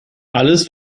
alles